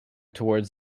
towards